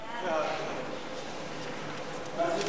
סעיף 1 נתקבל.